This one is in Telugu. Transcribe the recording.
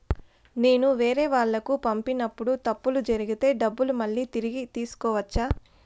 నేను వేరేవాళ్లకు పంపినప్పుడు తప్పులు జరిగితే డబ్బులు మళ్ళీ తిరిగి తీసుకోవచ్చా?